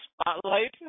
spotlight